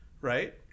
right